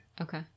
Okay